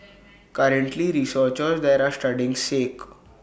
currently researchers there are studying sake